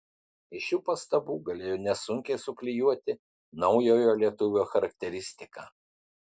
iš šių pastabų galėjo nesunkiai suklijuoti naujojo lietuvio charakteristiką